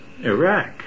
Iraq